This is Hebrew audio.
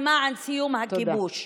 למען סיום הכיבוש.